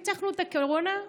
ניצחנו את הקורונה,